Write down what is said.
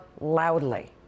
loudly